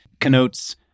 connotes